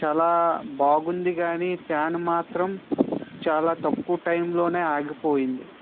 చాలా బాగుంది కానీ ఫ్యాన్ మాత్రం చాలా తక్కువ టైమ్లో ఆగిపోయింది